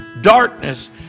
Darkness